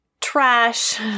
trash